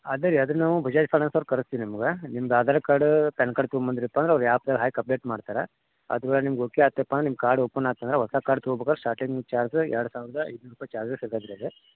ಅದೆ ರೀ ಅದೆ ನಾವು ಬಜಾಜ್ ಫೈನಾನ್ಸ್ನವ್ರ ಕರಸ್ತಿ ನಿಮ್ಗ ನಿಮ್ದು ಆಧಾರ್ ಕಾರ್ಡ್ ಪ್ಯಾನ್ ಕಾರ್ಡ್ ತಗೊಂಬಂದ್ರಿಪ್ಪ ಅಂದ್ರ ಅವ್ರು ಯಾವ ಥರ ಹಾಕಿ ಕಂಪ್ಲೀಟ್ ಮಾಡ್ತಾರ ಅದುವೆ ನಿಮಗೆ ಓಕೆ ಆತಪ್ಪಾ ನಿಮ್ಮ ಕಾರ್ಡ್ ಓಪನ್ ಆತಂದರೆ ಒಸಾ ಕಾರ್ಡ್ ತಗೋಬೇಕಾರೆ ಸ್ಟಾರ್ಟಿಂಗ್ ಚಾರ್ಜ್ ಎರಡು ಸಾವಿರದ ಐನೂರು ರೂಪಾಯಿ ಚಾರ್ಜಸ್ ಇದೆ ಇದ್ರಾಗ